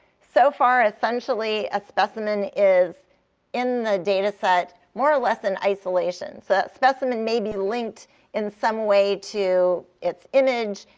so far, essentially a specimen is in the data set more or less in isolation. so that specimen may be linked in some way to its image,